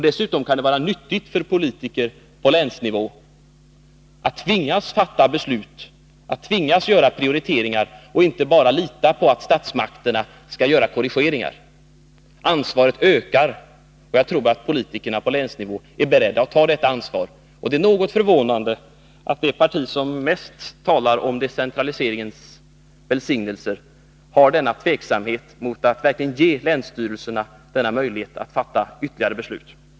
Dessutom kan det vara nyttigt för politiker på länsnivå att tvingas fatta beslut och göra prioriteringar och inte bara lita på att statsmakterna skall göra korrigeringar. Ansvaret ökar. Jag tror att politikerna på länsnivå är beredda att ta detta ansvar. Det är något förvånande att det parti som mest talar om decentraliseringens välsignelser hyser tveksamhet mot att verkligen ge länsstyrelserna denna möjlighet att fatta ytterligare beslut.